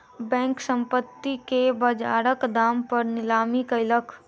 bank, संपत्ति के बजारक दाम पर नीलामी कयलक